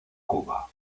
cuba